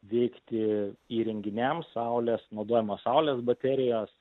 veikti įrenginiam saulės naudojamos saulės baterijos